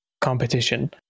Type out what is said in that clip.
competition